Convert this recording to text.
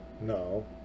no